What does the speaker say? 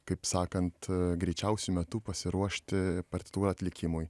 kaip sakant greičiausiu metu pasiruošti partitūrų atlikimui